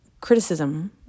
criticism